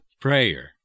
prayer